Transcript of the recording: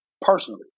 personally